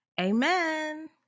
Amen